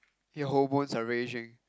your hormones are raging